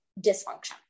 dysfunction